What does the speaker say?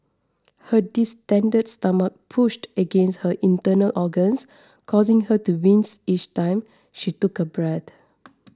her distended stomach pushed against her internal organs causing her to wince each time she took a breath